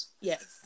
Yes